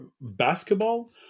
basketball